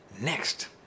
Next